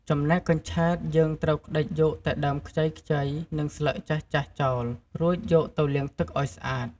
ចំណែកកញ្ឆែតយើងត្រូវក្តិចយកតែដើមខ្ចីៗ និងស្លឹកចាស់ៗចោល រួចយកទៅលាងទឹកឲ្យស្អាត។